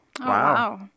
wow